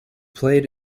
played